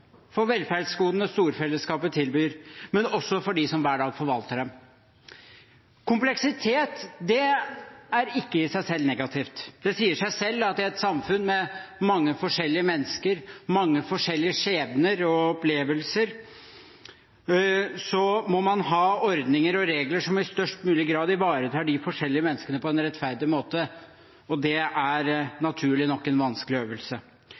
de velferdsgodene som storfelleskapet tilbyr, men også for dem som hver dag forvalter dem. Kompleksitet er ikke i seg selv negativt. Det sier seg selv at i et samfunn med mange forskjellige mennesker, mange forskjellige skjebner og mange forskjellige opplevelser må man ha ordninger og regler som i størst mulig grad ivaretar de forskjellige menneskene på en rettferdig måte. Det er naturlig nok en vanskelig øvelse.